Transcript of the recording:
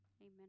Amen